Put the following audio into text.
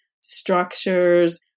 structures